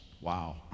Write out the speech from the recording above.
Wow